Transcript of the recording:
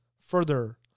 further